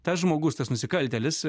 tas žmogus tas nusikaltėlis